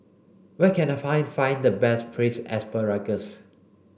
where can I find find the best braised asparagus